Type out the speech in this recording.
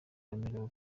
wemerewe